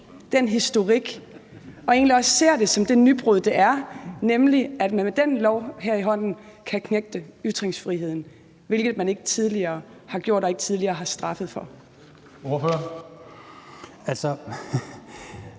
den historik, og at han også anser det som det nybrud, det er, nemlig at man med den her lov i hånden kan knægte ytringsfriheden, hvad man ikke tidligere har gjort og man ikke tidligere har straffet for. Kl.